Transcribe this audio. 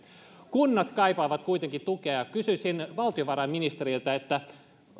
kunnat kaipaavat kuitenkin tukea kysyisin valtiovarainministeriltä